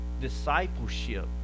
discipleship